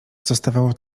zostawało